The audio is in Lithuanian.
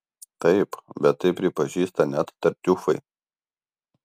taip bet tai pripažįsta net tartiufai